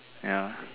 ya